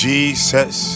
Jesus